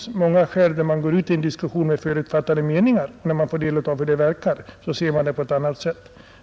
Man börjar kanske i många angelägenheter en diskussion med förutfattade meningar, men när man får del av hur det verkligen förhåller sig, ser man på ett annat sätt på frågan.